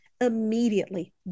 immediately